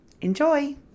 Enjoy